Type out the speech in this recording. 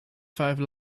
five